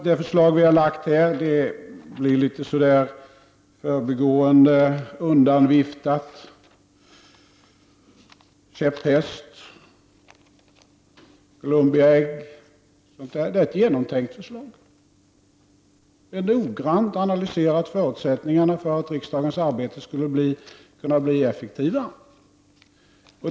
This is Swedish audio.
Det förslag vi har lagt fram blir undanviftat litet i förbigående med ord som käpphäst och Columbi ägg. Men det är ett genomtänkt förslag, och vi har noggrant analyserat förutsättningarna för att riksdagens arbete skulle kunna bli effektivare.